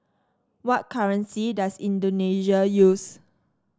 what currency does Indonesia use